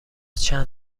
چند